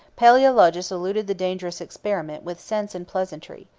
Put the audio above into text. palaeologus eluded the dangerous experiment with sense and pleasantry.